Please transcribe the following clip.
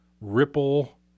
Ripple